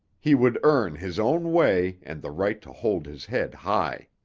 he would earn his own way and the right to hold his head high.